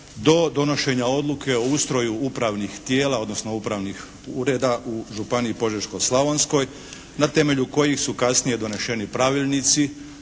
do donošenja odluke o ustroju upravnih tijela odnosno upravnih ureda u Županiji požeško-slavonskoj na temelju kojih su kasnije doneseni pravilnici